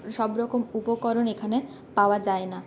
সব সবরকম উপকরণ এখানে পাওয়া যায় না